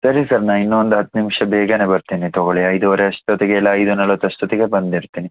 ಸರಿ ಸರ್ ನಾನು ಇನ್ನೊಂದು ಹತ್ತು ನಿಮಿಷ ಬೇಗನೆ ಬರ್ತೀನಿ ತಗೊಳ್ಳಿ ಐದುವರೆ ಅಷ್ಟೊತ್ತಿಗೆಲ್ಲ ಐದು ನಲವತ್ತು ಅಷ್ಟೊತ್ತಿಗೆ ಬಂದಿರ್ತೀನಿ